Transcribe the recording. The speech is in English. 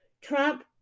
Trump